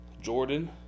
Jordan